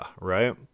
right